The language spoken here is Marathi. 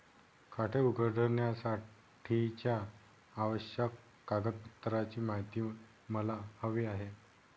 खाते उघडण्यासाठीच्या आवश्यक कागदपत्रांची माहिती मला हवी आहे